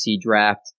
draft